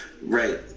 Right